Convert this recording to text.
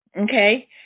okay